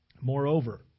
Moreover